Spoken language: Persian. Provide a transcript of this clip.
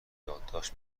یادداشت